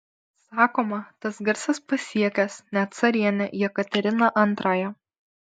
sakoma tas garsas pasiekęs net carienę jekateriną antrąją